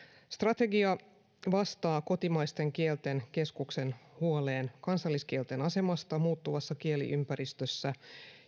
strategia vastaa kotimaisten kielten keskuksen huoleen kansalliskielten asemasta muuttuvassa kieliympäristössä